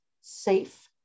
safe